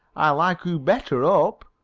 i like oo better up.